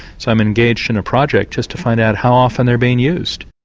so i'm engaged in a project just to find out how often they are being used.